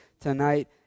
tonight